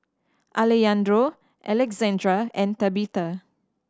Alejandro Alexandria and Tabetha